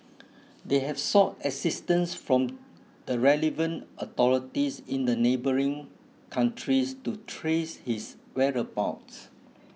they have sought assistance from the relevant authorities in the neighbouring countries to trace his whereabouts